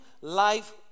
life